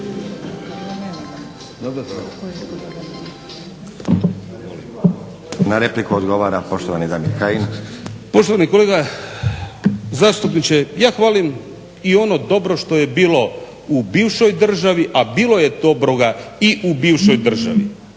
Na repliku odgovara poštovani Damir Kajin. **Kajin, Damir (Nezavisni)** Poštovani kolega zastupniče. Ja hvalim i ono dobro što je bilo u bivšoj državi a bilo je dobroga i u bivšoj državi.